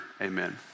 Amen